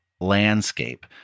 landscape